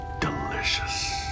delicious